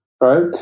right